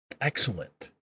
Excellent